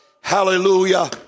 Hallelujah